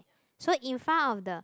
so in front of the